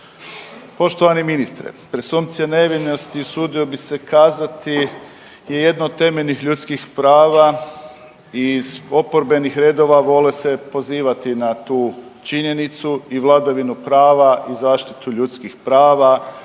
Poštovani ministre, presumpcija nevinosti, usudio bi se kazati je jedno od temeljnih ljudskih prava iz oporbenih redova, vole se pozivati na tu činjenicu i vladavinu prava i zaštitu ljudskih prava